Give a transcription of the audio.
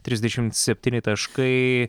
trisdešimt septyni taškai